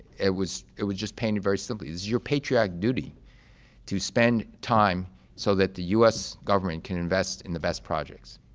it was it was just painted very simply. this is your paycheck duty to spend time so that the u s. government can invest in the best projects.